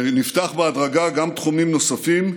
ונפתח בהדרגה גם תחומים נוספים,